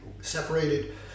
separated